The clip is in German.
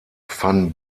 van